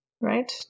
right